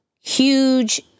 huge